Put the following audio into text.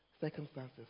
circumstances